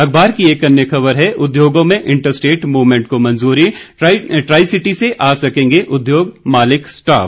अखबार की एक अन्य खबर है उद्योगों में इंटर स्टेट मूवमेंट को मंजूरी ट्राईसिटी से आ सकेंगे उद्योग मालिक स्टॉफ